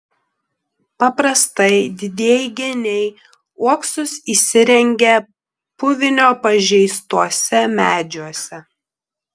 paprastai didieji geniai uoksus įsirengia puvinio pažeistuose medžiuose